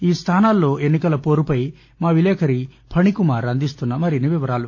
ఈ స్థానాల్లో ఎన్నికల పోరుపై మా విలేకరి ఫణికుమార్ అందిస్తున్న మరిన్ని వివరాలు